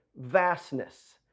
vastness